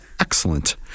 Excellent